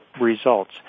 results